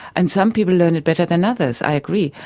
and some people learn it better than others, i agree.